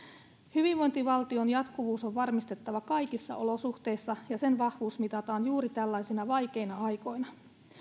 hyvinvointivaltion jatkuvuus on varmistettava kaikissa olosuhteissa ja sen vahvuus mitataan juuri tällaisina vaikeina aikoina